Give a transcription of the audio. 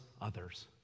others